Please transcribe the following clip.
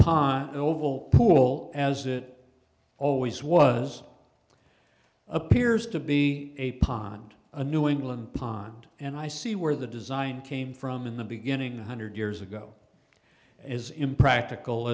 pine oval pool as it always was appears to be a pond a new england pond and i see where the design came from in the beginning a hundred years ago is impractical